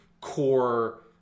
core